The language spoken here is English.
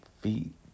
feet